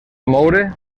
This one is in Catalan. moure